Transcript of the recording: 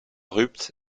rupts